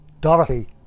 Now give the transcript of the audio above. Dorothy